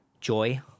joy